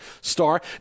star